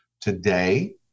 Today